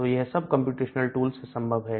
तो यह सब कंप्यूटेशनल टूल से संभव है